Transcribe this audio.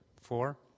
Four